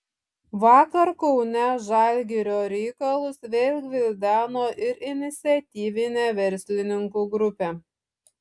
vakar kaune žalgirio reikalus vėl gvildeno ir iniciatyvinė verslininkų grupė